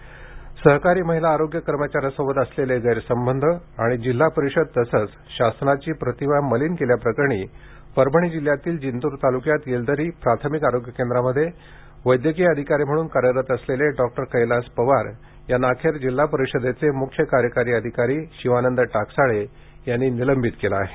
निलंबन सहकारी महिला आरोग्य कर्मचाऱ्यासोबत असलेले गैरसंबंध आणि जिल्हा परिषद तसंच शासनाची प्रतिमा मलिन केल्या प्रकरणी परभणी जिल्ह्यातील जिंतूर तालुक्यात येलदरी प्राथमिक आरोग्य केंद्रामध्ये वैद्यकीय अधिकारी म्हणून कार्यरत असलेले डॉक्टर केलास पवार यांना अखेर जिल्हा परिषदेचे मुख्य कार्यकारी अधिकारी शिवानंद टाकसाळे यांनी निलंबित केलं आहे